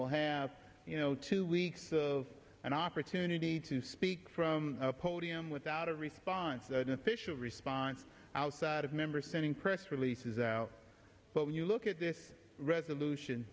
will have you know two weeks of an opportunity to speak from the podium without a response or an official response outside of member sitting press releases out but when you look at this resolution